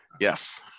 yes